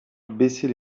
baisser